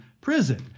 prison